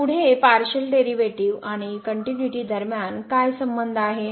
तर पुढे partial derivative आणि कनट्युनिटी दरम्यान काय संबंध आहे